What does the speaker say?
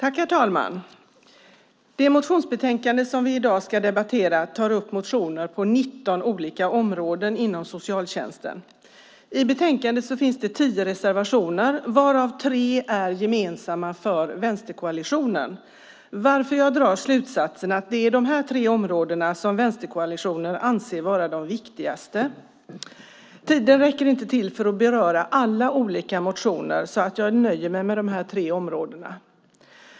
Herr talman! Det motionsbetänkande som vi nu debatterar tar upp motioner på 19 olika områden av socialtjänsten. I betänkandet finns tio reservationer, varav tre är gemensamma för vänsterkoalitionen, varför jag drar slutsatsen att det är dessa tre områden som vänsterkoalitionen anser vara de viktigaste. Tiden räcker inte till för att beröra alla motioner, så jag nöjer mig med dessa tre områden.